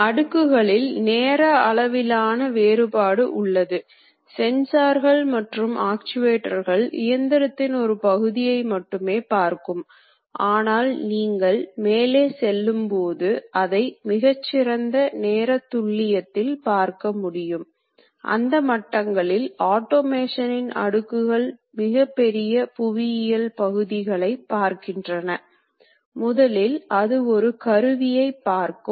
இன்னொரு அளவான ஃபீட் அல்லது டர்நிங் செயலில் ஒரு சுழட்சியின் போது கருவி எவ்வளவு தூரம் நகர்கின்றது என்ற அளவு அல்லது மில்லிங் செயலில் ஒர்க் பீஸ் எவ்வளவு தூரம் நகர்கின்றது என்ற அளவாகும்